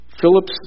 Phillips